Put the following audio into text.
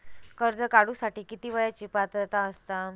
कर्ज काढूसाठी किती वयाची पात्रता असता?